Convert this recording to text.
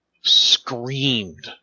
screamed